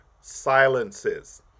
silences